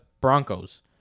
Broncos